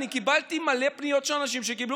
אני קיבלתי מלא פניות של אנשים שקיבלו